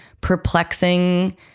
perplexing